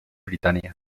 britania